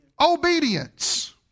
Obedience